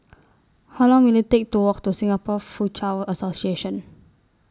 How Long Will IT Take to Walk to Singapore Foochow Association